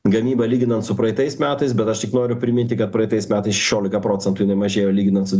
gamyba lyginant su praeitais metais bet aš tik noriu priminti kad praeitais metais šešiolika procentų nemažėjo lyginant su